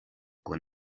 con